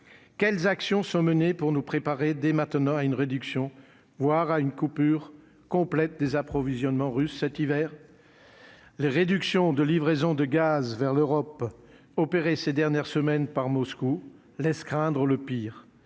quelles actions sont menées pour nous préparer dès maintenant à une réduction, voire à une coupure complète des approvisionnements russes cet hiver, les réductions de livraisons de gaz vers l'Europe, opéré ces dernières semaines par Moscou laisse craindre le pire